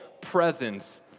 presence